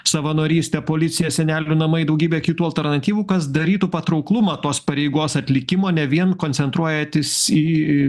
savanorystė policija senelių namai daugybė kitų alternatyvų kas darytų patrauklumą tos pareigos atlikimo ne vien koncentruojantis į